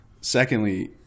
Secondly